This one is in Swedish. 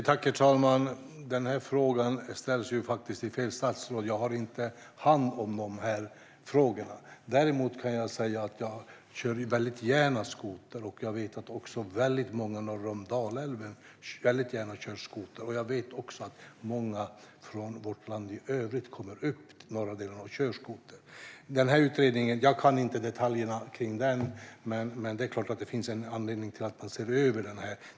Herr talman! Den här frågan ställs till fel statsråd. Jag har inte hand om de här frågorna. Däremot kan jag säga att jag väldigt gärna kör skoter, och jag vet att väldigt många norr om Dalälven också väldigt gärna kör skoter. Dessutom vet jag att många andra kommer upp till de norra delarna av vårt land och kör skoter. Jag kan inte detaljerna kring den här utredningen, men det är klart att det finns en anledning till att man ser över detta.